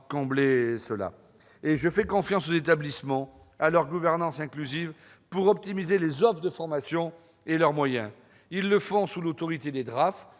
être fier. Je fais confiance aux établissements et à leur gouvernance inclusive pour optimiser l'offre de formation et leurs moyens. Ils le font sous l'autorité des directions